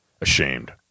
ashamed